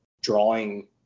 drawing